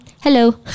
hello